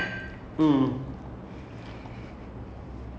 like after that it's not just for hari raya so